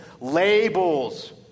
labels